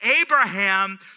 Abraham